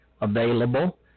available